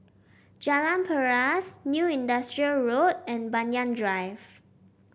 Jalan Paras New Industrial Road and Banyan Drive